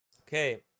Okay